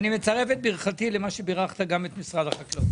אני מצרף את ברכתי למה שבירכת גם את משרד החקלאות.